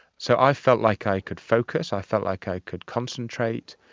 so i felt like i could focus, i felt like i could concentrate.